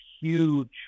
huge